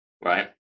right